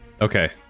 Okay